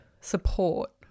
support